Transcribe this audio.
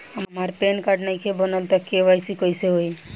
हमार PAN card नईखे बनल त के.वाइ.सी कइसे होई?